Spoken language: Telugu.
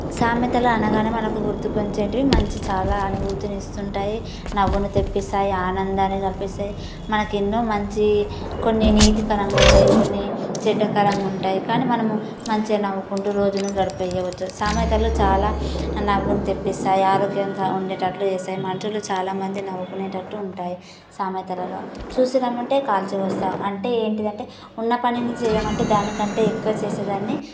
సామెతలు అనగానే మనకు గుర్తుకు వచ్చేటివి మంచి చాలా అనుభూతిని ఇస్తుంటాయి నవ్వును తెప్పిస్తాయి ఆనందాన్ని రప్పిస్తాయి మనకు ఎన్నో మంచి కొన్ని నీతి కథలు ఉంటాయి కొన్ని చెడ్డ కథలు ఉంటాయి కానీ మనము మంచిగా నవ్వుకుంటూ రోజును గడిపే వచ్చును సామెతలు చాలా నవ్వులు తెప్పిస్తాయి ఆరోగ్యంగా ఉండేటట్టు చేస్తాయి మనుషులు చాలామంది నవ్వుకునేటట్లు ఉంటాయి సామెతలలో చూసి రమ్మంటే కాల్చి వస్తా అంటే ఏంటిదంటే ఉన్న పనిని చేయమంటే దానికంటే ఎక్కువ చేసేదాన్ని